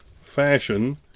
fashion